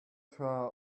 try